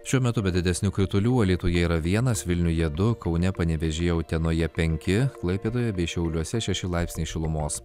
šiuo metu be didesnių kritulių alytuje yra vienas vilniuje du kaune panevėžyje utenoje penki klaipėdoje bei šiauliuose šeši laipsniai šilumos